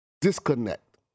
disconnect